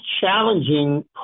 challenging